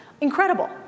Incredible